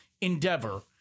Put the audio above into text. endeavor